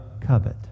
covet